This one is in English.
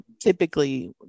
typically